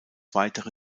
weitere